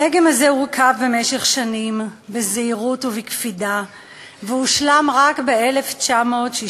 הדגם הזה הורכב במשך שנים בזהירות ובקפידה והושלם רק ב-1966.